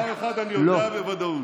דבר אחד אני יודע בוודאות: